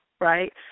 right